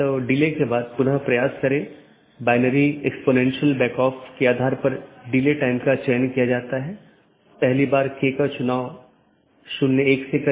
तो AS1 में विन्यास के लिए बाहरी 1 या 2 प्रकार की चीजें और दो बाहरी साथी हो सकते हैं